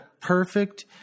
Perfect